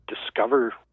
discover